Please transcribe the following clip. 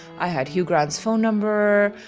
i had hugh grant's phone number.